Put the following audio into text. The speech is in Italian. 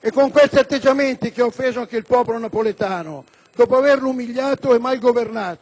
È con questi atteggiamenti che ha offeso anche il popolo napoletano, dopo averlo umiliato e mal governato,